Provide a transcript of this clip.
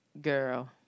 Girl